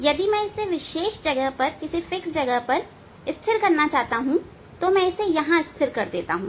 अगर मैं इसे विशेष जगह पर स्थिर करना चाहता हूं तो यहां मैं इसे स्थिर कर देता हूं